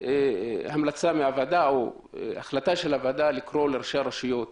החלטה של הוועדה לקרוא לראשי הרשויות